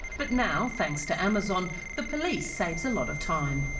but now thanks to amazon the police saves a lot of time